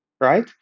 right